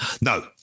No